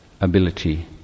ability